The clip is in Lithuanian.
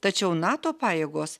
tačiau nato pajėgos